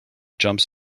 jumps